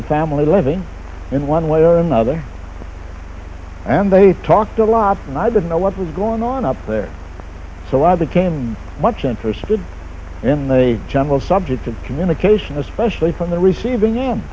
the family living in one way or another and they talked a lot and i didn't know what was going on up there so i became much interested in the general subject of communication especially on the receiving end